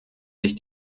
sich